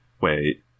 Wait